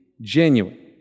genuine